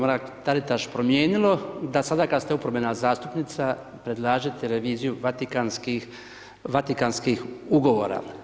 Mrak Taritaš promijenilo da sada kada ste oporbena zastupnica predlažete reviziju Vatikanskih ugovora?